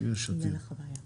שהזכירו קודם,